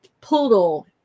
poodle